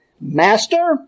Master